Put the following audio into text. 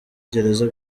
gereza